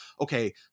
okay